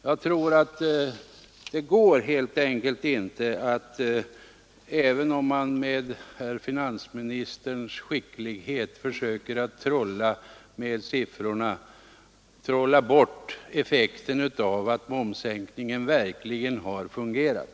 Jag tror att det helt enkelt inte går — även om man försöker med herr Strängs skicklighet — att trolla bort effekten av att momssänkningen verkligen har fungerat.